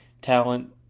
talent